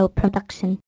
production